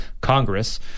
Congress